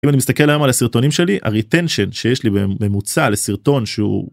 אם אני מסתכל היום על הסרטונים שלי הריטנשן שיש לי בממוצע לסרטון שהוא.